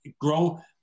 grow